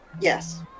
Yes